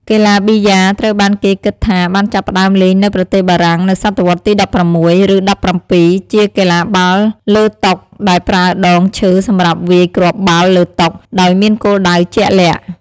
កីឡាប៊ីយ៉ា ត្រូវបានគេគិតថាបានចាប់ផ្តើមលេងនៅប្រទេសបារាំងនៅសតវត្សទី ១៦ ឬ ១៧ ជាកីឡាបាល់លើតុដែលប្រើដងឈើសម្រាប់វាយគ្រាប់បាល់លើតុ ដោយមានគោលដៅជាក់លាក់។